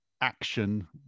action